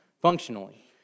functionally